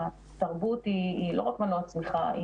שהתרבות היא לא רק מנוע צמיחה,